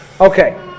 Okay